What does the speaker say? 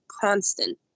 constant